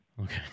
Okay